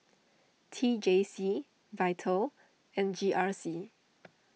T J C Vital and G R C